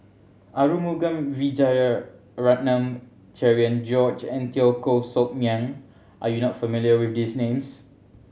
Arumugam Vijiaratnam Cherian George and Teo Koh Sock Miang are you not familiar with these names